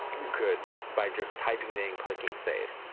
you could, by just typing it in and clicking save.